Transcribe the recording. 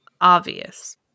Obvious